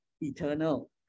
eternal